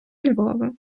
львова